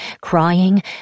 crying